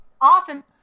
often